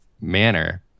manner